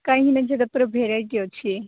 କାହିଁକି ନାଁ ଯେଇଟା ପୂରା ଭେରାଇଟି ଅଛି